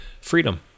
Freedom